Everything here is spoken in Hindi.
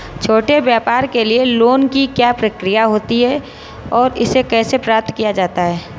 छोटे व्यापार के लिए लोंन की क्या प्रक्रिया होती है और इसे कैसे प्राप्त किया जाता है?